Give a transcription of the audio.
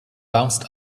bounced